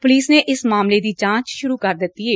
police ਨੇ ਇਸ ਮਾਮਲੇ ਦੀ ਜਾਂਚ ਸ਼ੁਰੁ ਕਰ ਦਿੱਤੀ ਏ